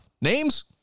Names